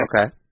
Okay